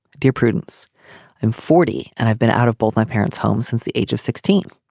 dear prudence i'm forty and i've been out of both my parents home since the age of sixteen.